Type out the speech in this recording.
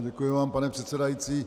Děkuji vám, pane předsedající.